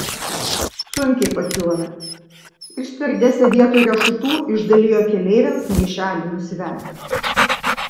sunkiai pakilome ir stiuardesė vietoj riešutų išdalijo keleiviams maišelių nusivemti